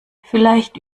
vielleicht